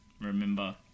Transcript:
remember